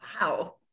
Wow